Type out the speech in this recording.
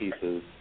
pieces